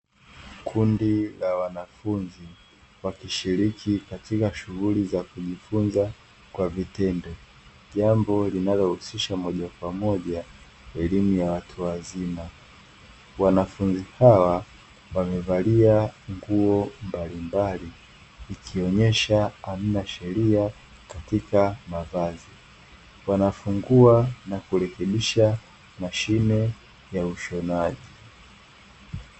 Kundi la wanafunzi, wakishiriki katika shughuli za kujifunza kwa vitendo. Jambo linalohusisha moja kwa moja elimu ya watu wazima. Wanafunzi hawa wamevalia nguo mbalimbali, ikionyesha hamna sheria katika mavazi. Wanafungua na kurekebisha mashine ya ushonaji.